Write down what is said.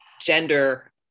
gender